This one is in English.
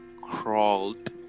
crawled